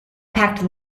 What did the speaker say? packed